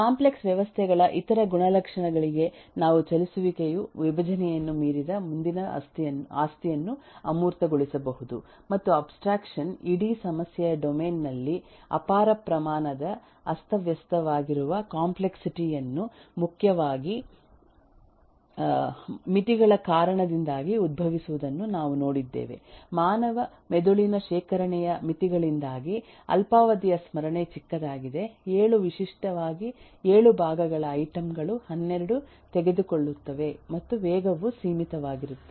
complex ವ್ಯವಸ್ಥೆಗಳ ಇತರ ಗುಣಲಕ್ಷಣಗಳಿಗೆ ನಾವು ಚಲಿಸುವಿಕೆಯು ವಿಭಜನೆಯನ್ನು ಮೀರಿದ ಮುಂದಿನ ಆಸ್ತಿಯನ್ನು ಅಮೂರ್ತಗೊಳಿಸಬಹುದು ಮತ್ತು ಅಬ್ಸ್ಟ್ರಾಕ್ಷನ್ ಇಡೀ ಸಮಸ್ಯೆಯ ಡೊಮೇನ್ ನಲ್ಲಿ ಅಪಾರ ಪ್ರಮಾಣದ ಅಸ್ತವ್ಯಸ್ತವಾಗಿರುವ ಕಾಂಪ್ಲೆಕ್ಸಿಟಿ ಯನ್ನು ಮುಖ್ಯವಾಗಿ ಮಿತಿಗಳ ಕಾರಣದಿಂದಾಗಿ ಉದ್ಭವಿಸುವುದನ್ನು ನಾವು ನೋಡಿದ್ದೇವೆ ಮಾನವ ಮೆದುಳಿನ ಶೇಖರಣೆಯ ಮಿತಿಗಳಿಂದಾಗಿ ಅಲ್ಪಾವಧಿಯ ಸ್ಮರಣೆ ಚಿಕ್ಕದಾಗಿದೆ ಏಳು ವಿಶಿಷ್ಟವಾಗಿ ಏಳು ಭಾಗಗಳ ಐಟಂ ಗಳು 12 ತೆಗೆದುಕೊಳ್ಳುತ್ತದೆ ಮತ್ತು ವೇಗವೂ ಸೀಮಿತವಾಗಿರುತ್ತದೆ